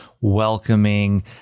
welcoming